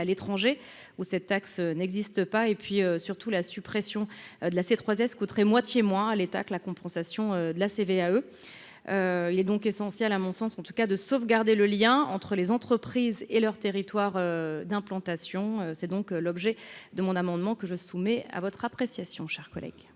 à l'étranger où cette taxe n'existe pas et puis surtout la suppression de la S coûterait moitié moins à l'état que la compensation de la CVAE, il est donc essentiel à mon sens, en tout cas de sauvegarder le lien entre les entreprises et leurs territoires d'implantation, c'est donc l'objet de mon amendement que je soumets à votre appréciation chers.